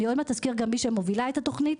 אני גם אזכיר את מי שמובילה את התוכנית,